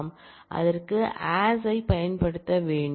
அதற்கு AS ஐப் பயன்படுத்த வேண்டும்